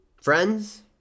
friends